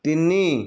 ତିନି